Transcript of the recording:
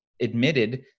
admitted